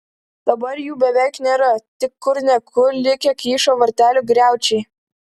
dabar jų beveik nėra tik kur ne kur likę kyšo vartelių griaučiai